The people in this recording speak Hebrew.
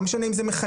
לא משנה אם זה מחנך,